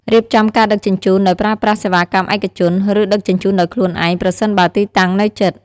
រៀបចំការដឹកជញ្ជូនដោយប្រើប្រាស់សេវាកម្មឯកជន ឬដឹកជញ្ជូនដោយខ្លួនឯង ប្រសិនបើទីតាំងនៅជិត។